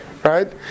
Right